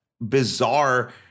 bizarre